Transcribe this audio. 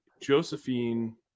josephine